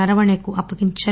నారవణేకు అప్పగించారు